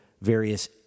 various